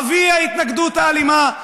אבי ההתנגדות האלימה,